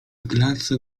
klatce